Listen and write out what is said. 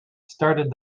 started